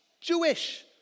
Jewish